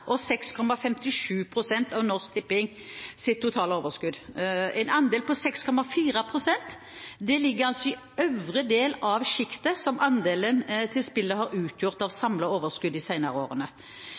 6,57 pst. av Norsk Tippings totale overskudd. En andel på 6,4 pst. ligger altså i øvre del av sjiktet som andelen til spillet har utgjort av samlet overskudd de senere årene.